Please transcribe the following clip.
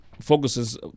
focuses